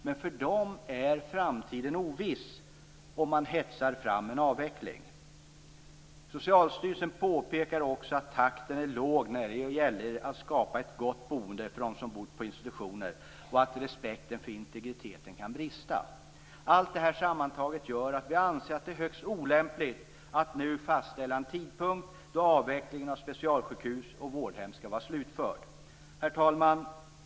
Men för dem är framtiden oviss om man hetsar fram en avveckling. Socialstyrelsen påpekar också att takten är låg när det gäller att skapa ett gott boende för dem som bor på institutioner och att respekten för integriteten kan brista. Allt det här sammantaget gör att vi anser att det är högst olämpligt att nu fastställa en tidpunkt då avvecklingen av specialsjukhus och vårdhem skall vara slutförd. Herr talman!